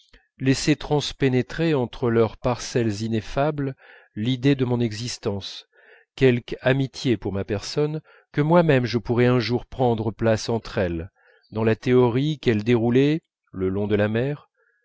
laisser transpénétrer entre leurs parcelles ineffables l'idée de mon existence quelque amitié pour ma personne que moi-même je pourrais un jour prendre place entre elles dans la théorie qu'elles déroulaient le long de la mer